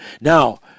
Now